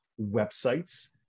websites